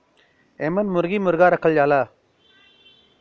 एमन मुरगी मुरगा रखल जाला